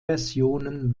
versionen